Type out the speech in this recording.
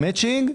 את המאצ'ינג,